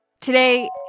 Today